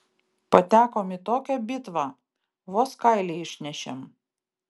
patekom į tokią bitvą vos kailį išnešėm